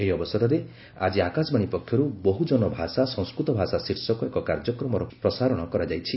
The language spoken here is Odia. ଏହି ଅବସରରେ ଆଜି ଆକାଶବାଣୀ ପକ୍ଷରୁ ବହୁଜନ ଭାଷା ସଂସ୍କୃତ ଭାଷା ଶୀର୍ଷକ ଏକ କାର୍ଯ୍ୟକ୍ରମର ପ୍ରସାରଣ କରାଯାଇଛି